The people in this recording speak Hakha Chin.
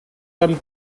kan